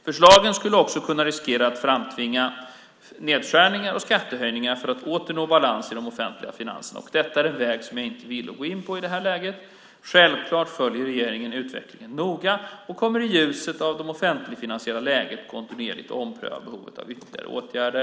Förslagen skulle också kunna riskera att framtvinga nedskärningar och skattehöjningar för att åter nå balans i de offentliga finanserna. Detta är en väg som jag inte är villig att gå in på i det här läget. Självklart följer regeringen utvecklingen noga och kommer i ljuset av det offentligfinansiella läget kontinuerligt att ompröva behovet av ytterligare åtgärder.